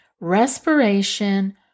respiration